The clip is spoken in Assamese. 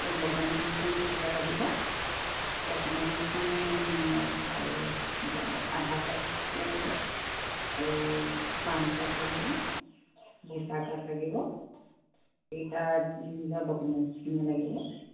এই ডকুমেণ্টছখিনি নিজৰ লাগিব ডকুমেণ্টছখিনি এই আধাৰ কাৰ্ড লাগিব আৰু পান কাৰ্ড লাগিব ভোটাৰ কাৰ্ড লাগিব এই কেইটা নিজৰ ডকুমেণ্টছখিনি লাগিব